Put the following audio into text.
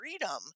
freedom